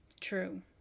True